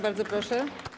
Bardzo proszę.